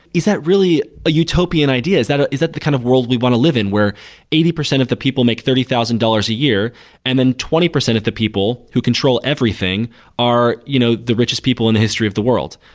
is that really a utopian idea? is that is that the kind of world we want to live in where eighty percent of the people make thirty thousand dollars a year and then twenty percent of the people who control everything are you know the richest people in the history of the world?